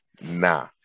nah